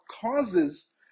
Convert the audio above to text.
causes